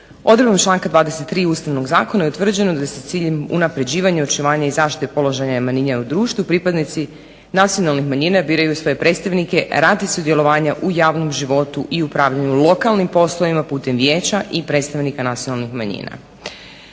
Odredbom članka 23. Ustavnog zakona je utvrđeno da se s ciljem unapređivanja i očuvanja i zaštite položaja manjina u društvu pripadnici nacionalnih manjina biraju svoje predstavnike radi sudjelovanja u javnom životu i upravljanju u lokalnim poslovima putem vijeća i predstavnika nacionalnih manjina.